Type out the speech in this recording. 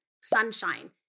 sunshine